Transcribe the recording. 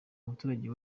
muturage